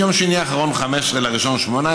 אם יום שני האחרון הוא 15 בינואר 2018,